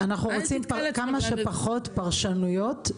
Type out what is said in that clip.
אל --- אנחנו רוצים כמה שפחות פרשנויות.